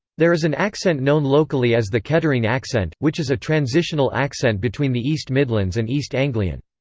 there is an accent known locally as the kettering accent, which is a transitional accent between the east midlands and east anglian.